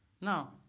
Now